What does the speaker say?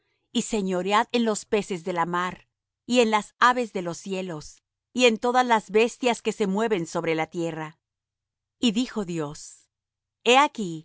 y señoread en los peces de la mar y en las aves de los cielos y en todas las bestias que se mueven sobre la tierra y dijo dios he aquí